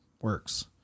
works